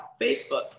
Facebook